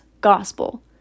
gospel